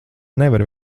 nevari